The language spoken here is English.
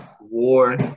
War